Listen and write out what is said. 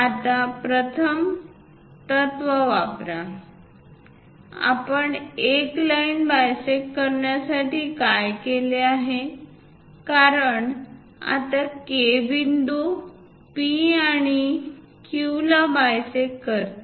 आता प्रथम तत्व वापरा आपण एक लाईन बायसेक्ट करण्यासाठी काय केले आहे कारण आता K बिंदू P आणि Qला बायसेक्ट करते